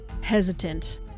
hesitant